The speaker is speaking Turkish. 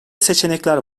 seçenekler